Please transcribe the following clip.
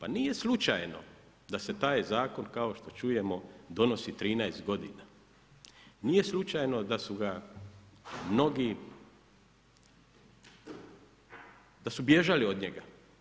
A nije slučajno, da se taj zakon, kao što čujemo donosi 13 g. Nije slučajno da su ga mnogi, da su bježali od njega.